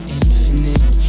infinite